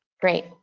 Great